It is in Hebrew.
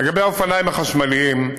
לגבי האופניים החשמליים,